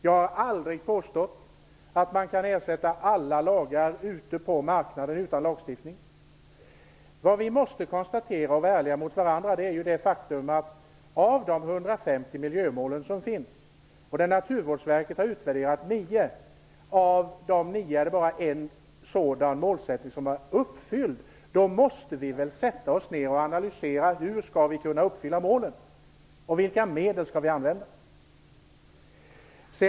Jag har aldrig påstått att man kan ersätta alla lagar på marknaden utan lagstiftning. Vad vi kan konstatera om vi skall vara ärliga mot varandra är det faktum att av de 150 miljömål som finns, varav Naturvårdsverket har utvärderat nio, är det bara en sådan målsättning som är uppfylld. Då måste vi väl kunna sätta oss ned och analysera hur vi skall kunna uppfylla målen. Och vilka medel skall vi använda?